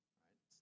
right